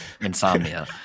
insomnia